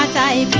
ah sai